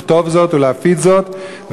לכתוב זאת ולהפיץ זאת,